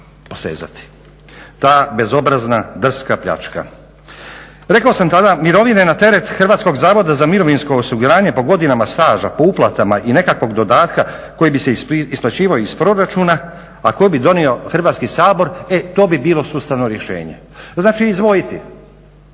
Ta bezobrazna, drska pljačka. Rekao sam tada mirovine na teret Hrvatskog zavoda za mirovinsko osiguranje po godinama staža, po uplatama i nekakvog dodatka koji bi se isplaćivao iz proračuna a koji bi donio Hrvatski sabor e to bi bilo sustavno rješenje. Znači, izdvojiti